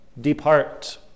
Depart